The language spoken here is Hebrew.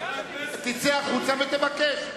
תצא החוצה ותבקש,